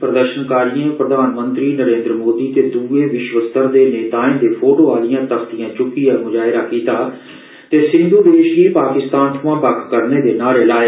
प्रदर्शनकारियें प्रधानमंत्री नरेन्द्र मोदी ते द्रए विश्व स्तर दे नेताएं दे फोटो दीआं तख्तियां च्क्कियै मुजाहिरा कीता ते सिंध् देश गी पाकिस्तान थमां बक्ख करने दे नारे लाए